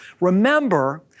Remember